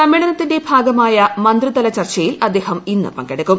സമ്മേളനത്തിന്റെ ഭാഗമായ മന്ത്രിതല ചർച്ചയിൽ അദ്ദേഹം ഇന്ന് പങ്കെടുക്കും